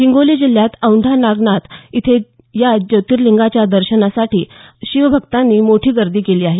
हिंगोली जिल्ह्यात औंढा नागनाथ या ज्योतिर्लिंगाच्या दर्शनासाठी शिवभक्तांनी मोठी गर्दी केली आहे